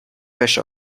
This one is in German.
wäsche